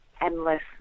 endless